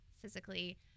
physically